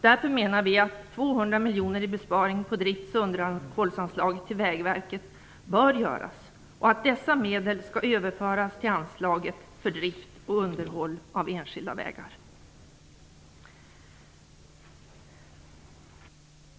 Därför menar vi att 200 miljoner i besparing på drifts och underhållsanslaget till Vägverket bör göras och att dessa medel skall överföras till anslaget för drift och underhåll av enskilda vägar.